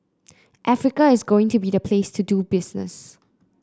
Africa is going to be the place to do business